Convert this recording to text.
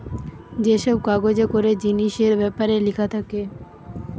যে সব কাগজে করে জিনিসের বেপারে লিখা থাকে